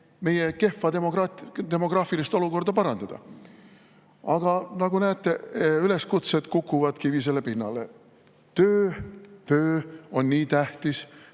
meie kehva demograafilist olukorda parandada. Aga nagu näete, üleskutsed kukuvad kivisele pinnale. Töö on nii tähtis,